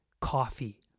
coffee